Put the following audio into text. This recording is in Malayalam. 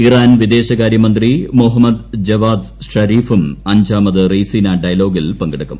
ഇറാൻ വിദേശകാര്യ മന്ത്രി മുഹമ്മദ് ജവാദ് സാരിഫും അഞ്ചാമത് റെയ്സിന ഡയലോഗിൽ പങ്കെടുക്കും